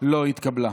לא התקבלה.